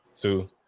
two